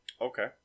okay